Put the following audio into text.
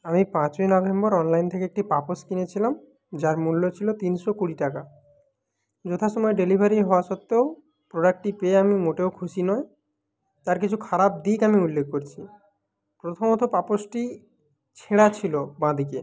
আমি পাঁচই November online থেকে একটি পাপোশ কিনেছিলাম যার মূল্য ছিল তিনশো কুড়ি টাকা যথা সময় ডেলিভারি হওয়া সত্ত্বেও প্রোডাক্টটি পেয়ে আমি মোটেও খুশি নয় তার কিছু খারাপ দিক আমি উল্লেখ করছি প্রথমত পাপোশটি ছেঁড়া ছিল বাঁ দিকে